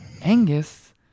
Angus